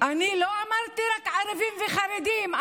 לא אמרתי שרק ערבים וחרדים,